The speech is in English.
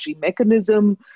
mechanism